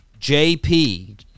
JP